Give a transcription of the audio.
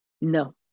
No